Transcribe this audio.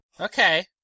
Okay